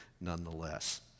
nonetheless